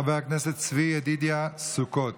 חבר הכנסת צבי ידידה סוכות,